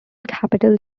capitals